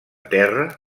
terra